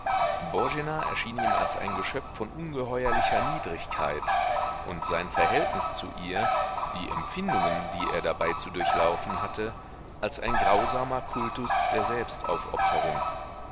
erschien ihm als ein geschöpf von ungeheuerlicher niedrigkeit und sein verhältnis zu ihr die empfindungen die er dabei zu durchlaufen hatte als ein grausamer kultus der